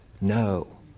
No